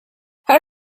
her